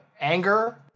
anger